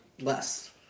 Less